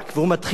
והוא מתחיל,